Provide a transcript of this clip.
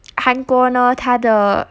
韩国呢他的